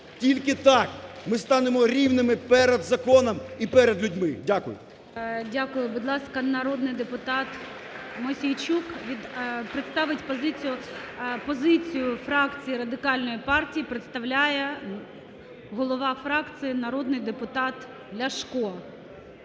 Тільки так ми станемо рівними перед законом і перед людьми. Дякую. ГОЛОВУЮЧИЙ. Дякую. Будь ласка, народний депутат Мосійчук представить позицію... Позицію фракції Радикальної партії представляє голова фракції народний депутат Ляшко.